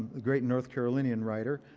a great north carolinian writer.